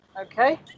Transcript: Okay